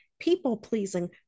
people-pleasing